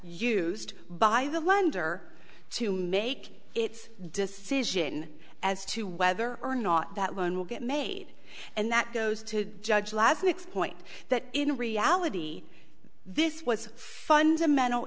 used by the lender to make its decision as to whether or not that loan will get made and that goes to a judge last mix point that in reality this was fundamental